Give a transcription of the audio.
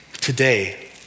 today